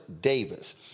Davis